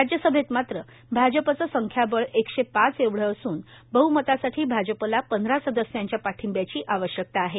राज्यसभेत मात्र भाजपचं संख्याबळ एकशे पाच एवढं असून बहमतासाठी भाजपला पंधरा सदस्यांच्या पाठिंब्याची आवश्यकता आहे